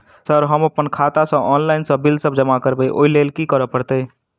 Sir हम अप्पन खाता सऽ ऑनलाइन सऽ बिल सब जमा करबैई ओई लैल की करऽ परतै?